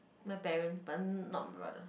my parents but not my brother